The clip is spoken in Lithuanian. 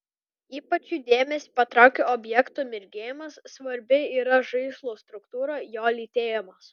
ypač jų dėmesį patraukia objekto mirgėjimas svarbi yra žaislo struktūra jo lytėjimas